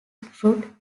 fruit